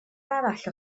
arall